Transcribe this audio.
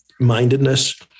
mindedness